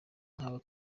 nkawe